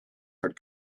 had